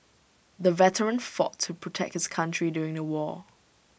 the veteran fought to protect his country during the war